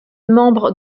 membre